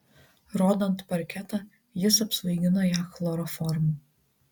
rodant parketą jis apsvaigino ją chloroformu